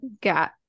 got